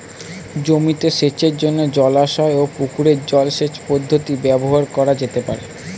জমিতে সেচের জন্য জলাশয় ও পুকুরের জল সেচ পদ্ধতি ব্যবহার করা যেতে পারে?